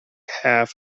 half